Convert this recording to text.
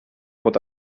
pot